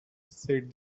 said